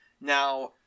now